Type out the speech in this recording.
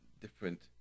different